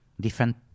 Different